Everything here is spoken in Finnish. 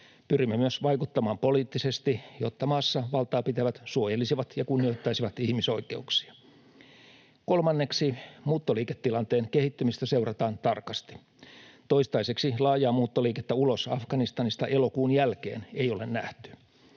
Pyrimme myös vaikuttamaan poliittisesti, jotta maassa valtaa pitävät suojelisivat ja kunnioittaisivat ihmisoikeuksia. Kolmanneksi muuttoliiketilanteen kehittymistä seurataan tarkasti. Toistaiseksi laajaa muuttoliikettä ulos Afganistanista elokuun jälkeen ei ole nähty.